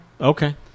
Okay